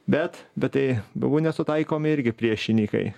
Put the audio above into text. bet bet tai buvo nesutaikomi irgi priešininkai